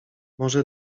może